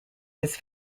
his